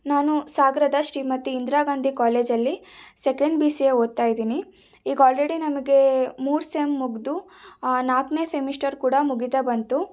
ನಾನು ಸಾಗರದ ಶ್ರೀಮತಿ ಇಂದಿರಾ ಗಾಂಧಿ ಕಾಲೇಜಲ್ಲಿ ಸೆಕೆಂಡ್ ಬಿ ಸಿ ಎ ಓದ್ತಾ ಇದ್ದೀನಿ ಈಗ ಆಲ್ರೆಡಿ ನಮಗೆ ಮೂರು ಸೆಮ್ ಮುಗಿದು ನಾಲ್ಕನೇ ಸೆಮಿಶ್ಟರ್ ಕೂಡ ಮುಗೀತಾ ಬಂತು